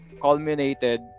culminated